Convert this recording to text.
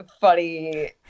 funny